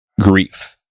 grief